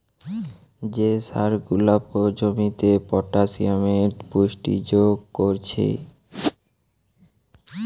যে সার গুলা জমিতে পটাসিয়ামের পুষ্টি যোগ কোরছে